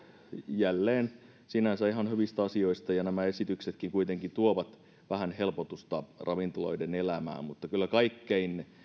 jälleen sinänsä ihan hyvistä asioista ja nämä esityksetkin kuitenkin tuovat vähän helpotusta ravintoloiden elämään mutta kyllä kaikkein